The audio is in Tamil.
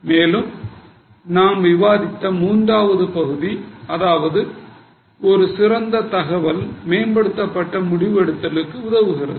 மேலும் நாம் விவாதித்த மூன்றாவது பகுதி அதாவது ஒரு சிறந்த தகவல் மேம்படுத்தப்பட்ட முடிவெடுத்தலுக்கு உதவுகிறது